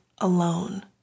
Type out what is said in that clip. alone